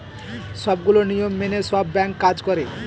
সবগুলো নিয়ম মেনে সব ব্যাঙ্ক কাজ করে